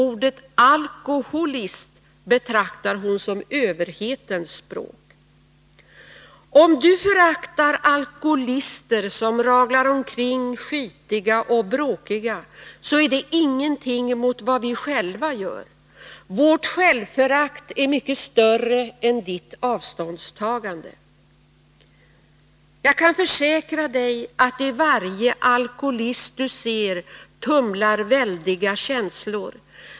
Ordet ”alkoholist” betraktar hon som överhetens språk. ”Om du föraktar alkolister som raglar omkring skitiga och bråkiga, så är det ingenting mot vad vi själva gör. Vårt självförakt är mycket större än ditt avståndstagande. Jag kan försäkra dig att i varje alkolist du ser tumlar väldiga känslor.